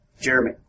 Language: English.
Jeremy